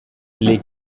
les